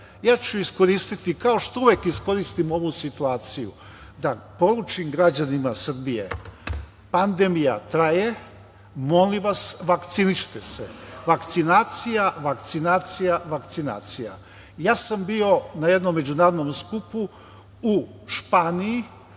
ja ću iskoristiti, kao što uvek iskoristim ovu situaciju, da poručim građanima Srbije, pandemija traje, molim vas vakcinišite se. Vakcinacija, vakcinacija, vakcinacija. Bio sam na jednom međunarodnom skupu u Španiji,